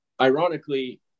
ironically